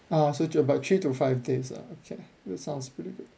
ah so to about three to five days ah okay that sounds pretty good